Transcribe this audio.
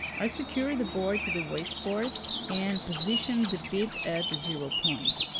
i secured the board to the wasteboard and positioned the bit at the zero point.